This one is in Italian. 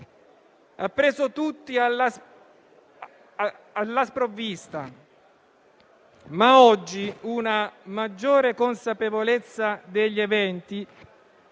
ha preso tutti alla sprovvista. Oggi, però, una maggiore consapevolezza degli eventi